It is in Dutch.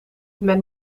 men